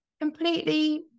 completely